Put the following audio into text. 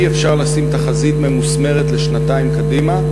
אי-אפשר לשים תחזית ממוסמרת לשנתיים קדימה,